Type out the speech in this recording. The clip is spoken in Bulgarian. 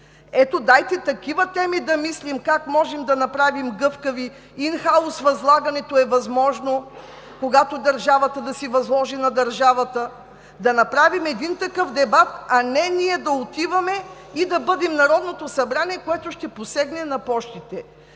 Ето, нека по такива теми да мислим и как можем да ги направим гъвкави – ин хаус възлагането е възможно, когато държавата възлага на държавата. Да направим един такъв дебат, а не ние да отиваме и да бъдем Народното събрание, което ще посегне на Пощите.